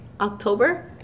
October